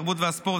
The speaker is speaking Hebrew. התרבות והספורט,